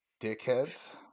dickheads